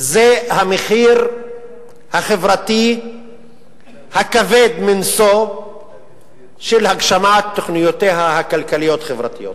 על המחיר החברתי הכבד מנשוא של הגשמת תוכניותיה הכלכליות-חברתיות: